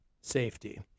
Safety